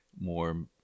more